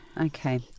Okay